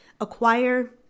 acquire